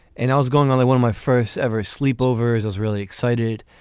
and i was going on one of my first ever sleepovers. i was really excited.